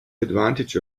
advantage